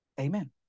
Amen